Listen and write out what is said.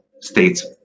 states